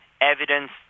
evidence